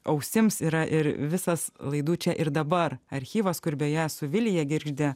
ausims yra ir visas laidų čia ir dabar archyvas kur beje su vilija girgžde